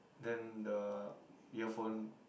then the earphone